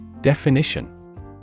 Definition